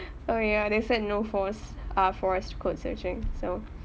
oh ya they said no force ah forced code switching so